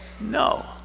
No